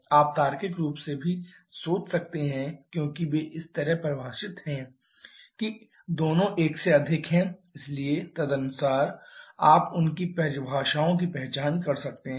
आप तार्किक रूप से भी सोच सकते हैं क्योंकि वे इस तरह परिभाषित हैं कि दोनों एक से अधिक हैं इसलिए तदनुसार आप उनकी परिभाषाओं की पहचान कर सकते हैं